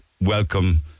welcome